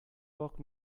woke